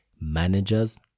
managers